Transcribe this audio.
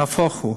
נהפוך הוא,